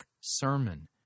sermon